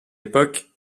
époque